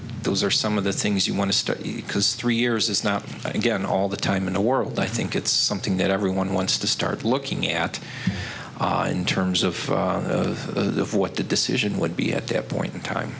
those are some of the things you want to start because three years is not again all the time in the world i think it's something that everyone wants to start looking at in terms of the what the decision would be at that point in time